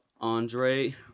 Andre